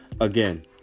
again